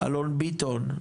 אלון ביטון,